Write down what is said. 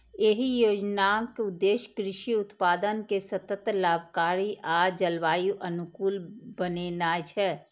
एहि योजनाक उद्देश्य कृषि उत्पादन कें सतत, लाभकारी आ जलवायु अनुकूल बनेनाय छै